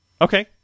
Okay